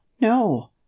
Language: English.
no